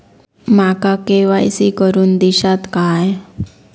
माका के.वाय.सी करून दिश्यात काय?